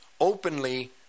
openly